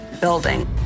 building